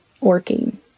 working